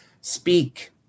speak